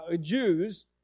Jews